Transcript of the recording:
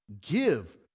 give